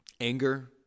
anger